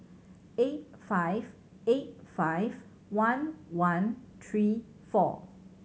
eight five eight five one one three four